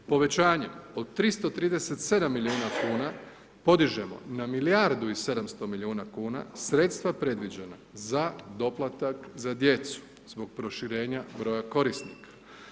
Povećanje od 337 milijuna kuna podižemo na milijardu i 700 milijuna kuna, sredstva predviđena za doplatak za djecu zbog proširenja broja korisnika.